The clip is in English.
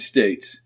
States